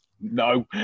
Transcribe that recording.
no